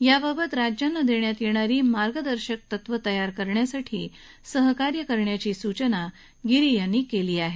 याबाबत राज्यांना देण्यात येणारी मार्गदर्शक तत्व तयार करण्यासाठी सहकार्य करण्याची सूचना न्यायालयानं गिरी यांना केली आहे